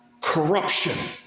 Corruption